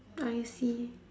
I see